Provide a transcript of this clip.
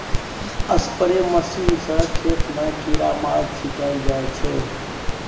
spray machine सँ खेत मे कीरामार छीटल जाइ छै